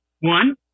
one